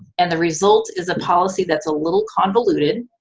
and the result is a policy that's a little convoluted,